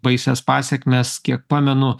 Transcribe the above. baisias pasekmes kiek pamenu